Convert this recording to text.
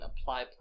apply